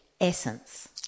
Essence